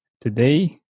today